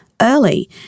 early